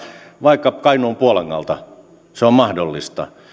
vaikka kainuun puolangalta se on mahdollista